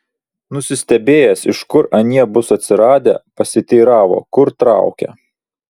nusistebėjęs iš kur anie bus atsiradę pasiteiravo kur traukia